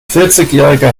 vierzigjähriger